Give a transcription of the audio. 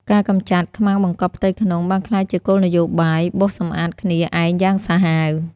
ការកម្ចាត់ "ខ្មាំងបង្កប់ផ្ទៃក្នុង" បានក្លាយជាគោលនយោបាយបោសសម្អាតគ្នាឯងយ៉ាងសាហាវ។